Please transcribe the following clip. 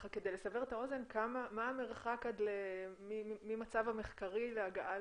לסבר את האוזן מה המרחק ממצב המחקרי להגעה